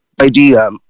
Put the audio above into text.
idea